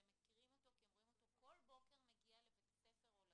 והם מכירים אותו כי הם רואים אותו כל בוקר מגיע לבית הספר או לגן,